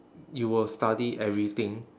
you will study everything